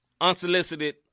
unsolicited